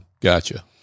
gotcha